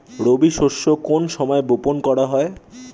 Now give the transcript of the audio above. রবি শস্য কোন সময় বপন করা হয়?